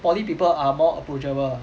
poly people are more approachable uh